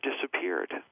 disappeared